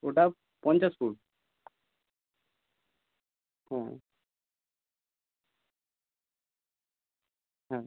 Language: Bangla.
ওটা পঞ্চাশ ফুট হ্যাঁ হ্যাঁ